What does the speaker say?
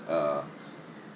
uh